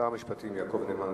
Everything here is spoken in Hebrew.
שר המשפטים יעקב נאמן,